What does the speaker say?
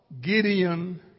Gideon